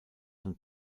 und